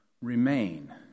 remain